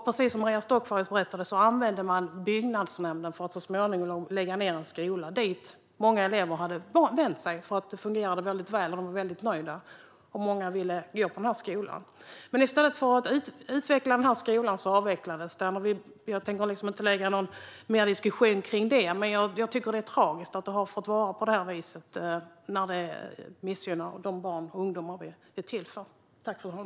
Precis som Maria Stockhaus berättade använde man byggnadsnämnden för att så småningom lägga ned en skola dit många elever hade vänt sig. Den fungerade väl och de var väldigt nöjda. Många ville gå på den skolan. Men i stället för att utveckla skolan avvecklade man den. Jag tänker inte lägga mer tid på diskussion om detta, men jag tycker att det är tragiskt att de barn som skolan är till för har missgynnats på det här sättet.